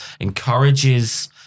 encourages